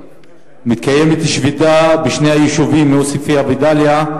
מתקיימת שביתה בשני היישובים עוספיא ודאליה,